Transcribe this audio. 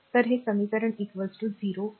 तर हे समीकरण 0 आहे